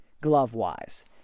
glove-wise